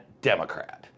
Democrat